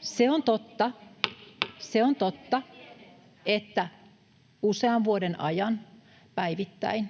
Se on totta, että usean vuoden ajan päivittäin,